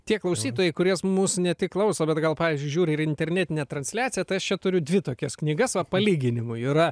tie klausytojai kurie mus ne tik klauso bet gal pavyzdžiui žiūri ir internetinę transliaciją tai aš čia turiu dvi tokias knygas va palyginimui yra